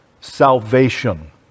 salvation